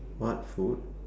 what food